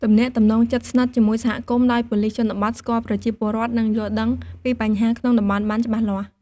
ទំនាក់ទំនងជិតស្និទ្ធជាមួយសហគមន៍ ដោយប៉ូលិសជនបទស្គាល់ប្រជាពលរដ្ឋ និងយល់ដឹងពីបញ្ហាក្នុងតំបន់បានច្បាស់លាស់។